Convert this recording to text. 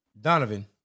Donovan